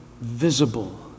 visible